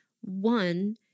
one